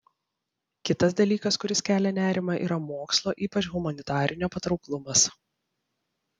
kitas dalykas kuris kelia nerimą yra mokslo ypač humanitarinio patrauklumas